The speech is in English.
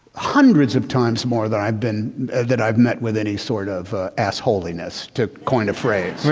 hundreds of times more than i've been that i've met with any sort of ass holiness to coin a phrase.